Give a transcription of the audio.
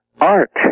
Art